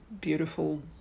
beautiful